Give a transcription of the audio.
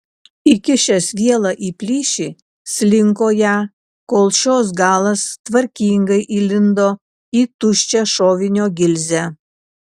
įkišęs vielą į plyšį slinko ją kol šios galas tvarkingai įlindo į tuščią šovinio gilzę